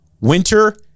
winter